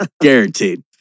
Guaranteed